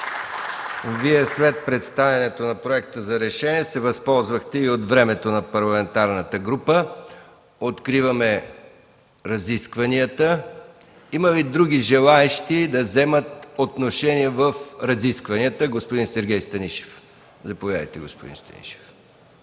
Вие, след представянето на Проекта за решение, се възползвахте и от времето на парламентарната група. Откриваме разискванията. Има ли други желаещи да вземат отношение в разискванията? Заповядайте, господин Станишев.